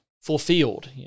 fulfilled